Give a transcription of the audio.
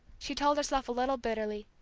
she told herself a little bitterly,